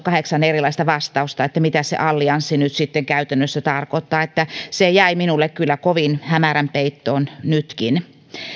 kahdeksan erilaista vastausta siihen mitä se allianssi nyt sitten käytännössä tarkoittaa niin että se jäi minulle kyllä kovin hämärän peittoon nytkin